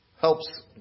helps